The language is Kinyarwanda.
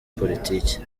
politiki